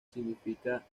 significa